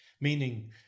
meaning